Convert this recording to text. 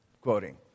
quoting